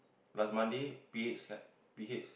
last Monday P H slap P H